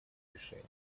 решение